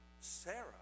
Sarah